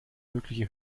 mögliche